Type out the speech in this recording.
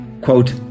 quote